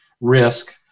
risk